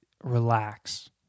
relax